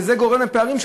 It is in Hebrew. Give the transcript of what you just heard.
וזה גורם לפערים,